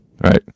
right